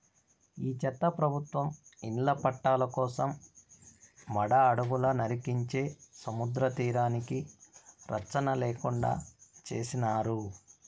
ఈ చెత్త ప్రభుత్వం ఇళ్ల పట్టాల కోసం మడ అడవులు నరికించే సముద్రతీరానికి రచ్చన లేకుండా చేసినారు